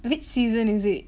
which season is it